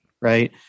right